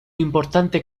importante